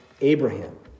Abraham